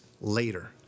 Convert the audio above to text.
later